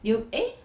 you eh